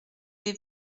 des